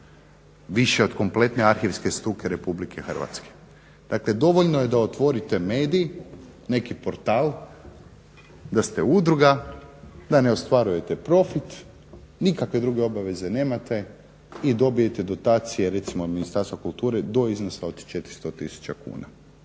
Više od kompletne arhivske …/Govornik se ne razumije./… Republike Hrvatske. Dakle, dovoljno je da otvorite medij, neki portal, da ste udruga, da ne ostvarujete profit, nikakve druge obaveze nemate i dobijete dotacije recimo od Ministarstva kulture do iznosa od 400 tisuća kuna.